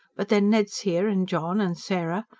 but then ned's here. and john, and sarah.